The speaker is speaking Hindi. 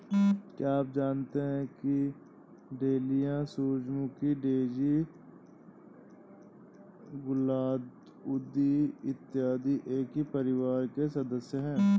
क्या आप जानते हैं कि डहेलिया, सूरजमुखी, डेजी, गुलदाउदी इत्यादि एक ही परिवार के सदस्य हैं